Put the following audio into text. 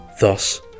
Thus